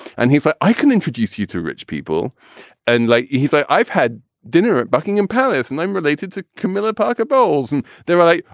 and if i i can introduce you to rich people and like he's i i've had dinner at buckingham palace and i'm related to camilla parker bowles. and they were like,